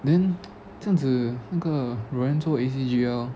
then 这样子那个 roanne 做 easy G_L